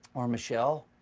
or michelle?